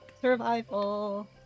Survival